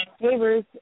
neighbors